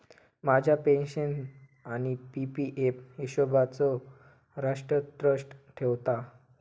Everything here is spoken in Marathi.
माझ्या पेन्शन आणि पी.पी एफ हिशोबचो राष्ट्र ट्रस्ट ठेवता